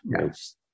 yes